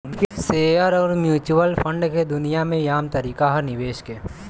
share अउर mutual fund के दुनिया मे ई आम तरीका ह निवेश के